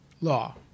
law